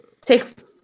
Take